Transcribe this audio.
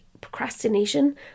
procrastination